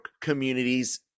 communities